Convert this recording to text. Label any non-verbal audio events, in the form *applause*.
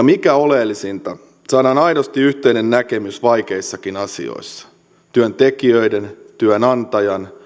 *unintelligible* mikä oleellisinta saadaan aidosti yhteinen näkemys vaikeissakin asioissa työntekijöiden työnantajan